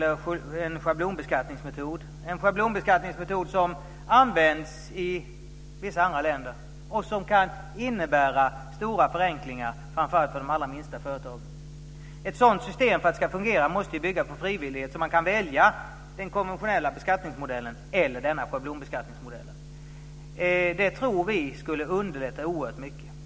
En sådan metod används i vissa andra länder. Den kan innebära stora förenklingar, framför allt för de allra minsta företagen. För att ett sådant system ska fungera måste det bygga på frivillighet. Man måste kunna välja mellan den konventionella beskattningsmetoden och denna schablonbeskattningsmodell. Det tror vi skulle underlätta oerhört mycket.